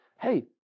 Hey